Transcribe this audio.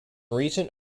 recent